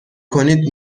کنید